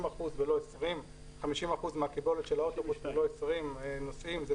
אחוזים מקיבולת האוטובוס ולא 20 נוסעים.